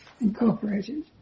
Incorporated